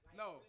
no